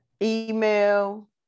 Email